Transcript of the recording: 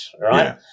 right